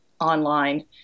online